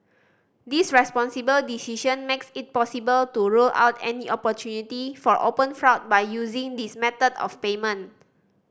this responsible decision makes it possible to rule out any opportunity for open fraud by using this method of payment